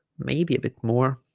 maybe a bit more